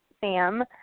Sam